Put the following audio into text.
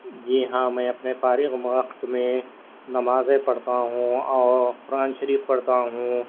جی ہاں میں اپنے فارغ وقت میں نمازیں پڑھتا ہوں اور قرآن شریف پڑھتا ہوں